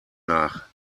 nach